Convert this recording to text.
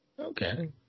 Okay